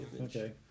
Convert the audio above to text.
Okay